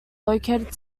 located